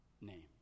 name